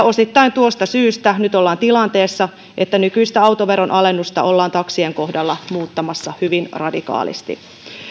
osittain tuosta syystä nyt ollaan tilanteessa että nykyistä autoveron alennusta ollaan taksien kohdalla muuttamassa hyvin radikaalisti